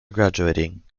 graduating